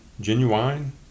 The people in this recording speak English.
Genuine